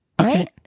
okay